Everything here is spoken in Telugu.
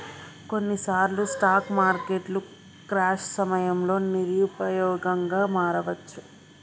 కొన్నిసార్లు స్టాక్ మార్కెట్లు క్రాష్ సమయంలో నిరుపయోగంగా మారవచ్చు